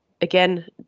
Again